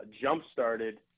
jump-started